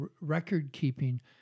record-keeping